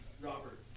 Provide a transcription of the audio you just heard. Robert